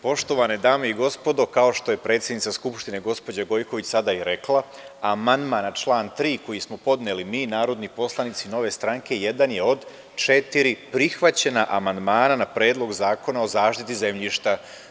Poštovane dame i gospodo, kao što je predsednica Skupštine, gospođa Gojković sada i rekla, amandman na član 3. koji smo podneli mi narodni poslanici Nove stranke, jedan je od četiri prihvaćena amandmana na Predlog zakona o zaštiti zemljišta.